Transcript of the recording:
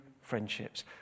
friendships